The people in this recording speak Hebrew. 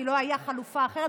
כי לא הייתה חלופה אחרת,